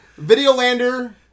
Videolander